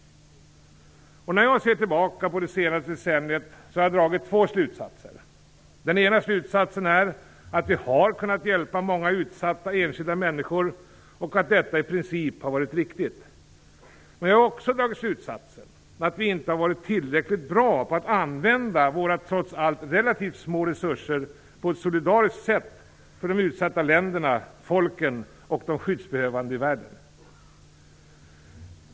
När jag sett tillbaka på det senaste decenniet har jag dragit två slutsatser. Den ena är att vi har kunnat hjälpa många enskilda, utsatta människor och att detta i princip har varit riktigt. Den andra är att vi inte har varit tillräckligt bra på att använda våra trots allt relativt små resurser på ett solidariskt sätt för de utsatta länderna, folken och de skyddsbehövande i världen.